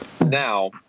Now